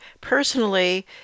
personally